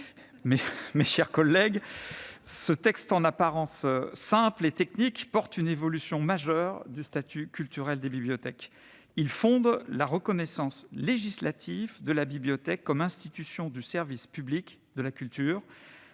mes chers collègues, ce texte en apparence simple et technique porte une évolution majeure du statut culturel des bibliothèques. Il fonde la reconnaissance législative de la bibliothèque comme institution du service public de la culture,